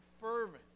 fervent